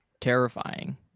terrifying